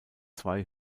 zwei